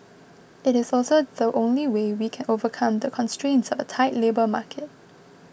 it is also the only way we can overcome the constraints of a tight labour market